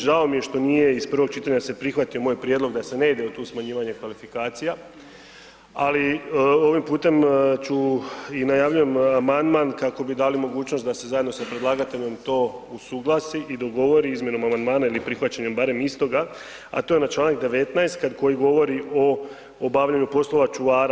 Žao mi je što nije iz prvog čitanja se prihvatio moj prijedlog da se ne ide u tu smanjivanje kvalifikacija, ali ovim putem ću i najavljujem amandman kako bi dali mogućnost da se zajedno sa predlagateljem to usuglasi i dogovori izmjenom amandmana ili prihvaćanjem barem istoga, a to je na Članak 19. koji govori o obavljanju poslova čuvara.